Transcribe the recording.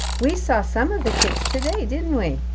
we saw some of the kids today, didn't we?